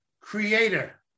creator